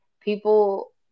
people